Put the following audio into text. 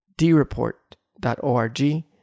dreport.org